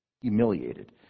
humiliated